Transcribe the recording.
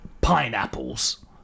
pineapples